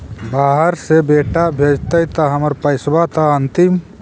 बाहर से बेटा भेजतय त हमर पैसाबा त अंतिम?